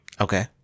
okay